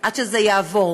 עד שזה יעבור,